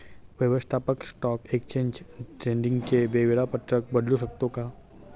व्यवस्थापक stock exchange ट्रेडिंगचे वेळापत्रक बदलू शकतो का?